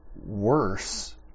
worse